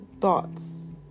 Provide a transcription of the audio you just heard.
thoughts